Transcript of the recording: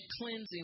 cleansing